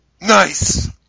Nice